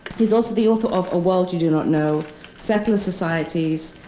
he's also the author of a world you do not know settler societies,